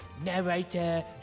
Narrator